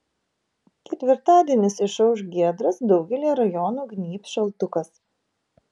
ketvirtadienis išauš giedras daugelyje rajonų gnybs šaltukas